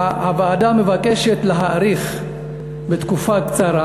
הוועדה מבקשת להאריך בתקופה קצרה,